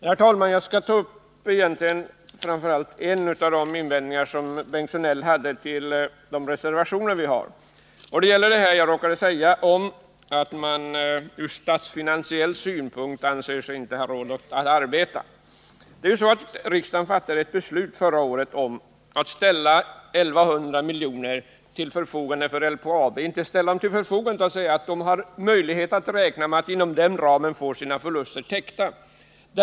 Herr talman! Jag skall framför allt ta upp en av de invändningar som Bengt Sjönell gjorde mot de socialdemokratiska reservationerna. Det gäller detta att jag råkade säga att man från statsfinansiell synpunkt inte anser sig ha råd att arbeta. Riksdagen fattade ett beslut förra året med den innebörden att LKAB kan räkna med att inom ramen för 1 100 milj.kr. ha möjlighet att få sina förluster täckta.